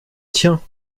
tiens